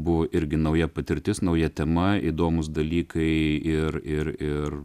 buvo irgi nauja patirtis nauja tema įdomūs dalykai ir ir ir